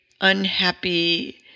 unhappy